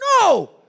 No